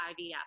IVF